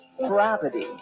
gravity